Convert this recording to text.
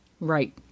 right